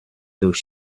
though